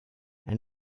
and